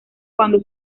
cuando